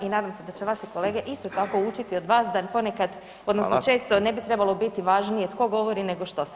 I nadam se da će vaši kolege isto tako učiti od vas da ponekad odnosno često [[Upadica: Hvala.]] ne bi trebalo biti važnije tko govori nego što se govori.